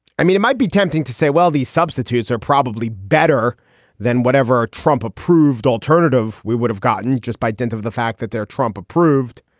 i mean, it might be tempting to say, well, these substitutes are probably better than whatever trump approved alternative we would have gotten just by dint of the fact that they're trump approved.